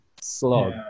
slog